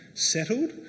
settled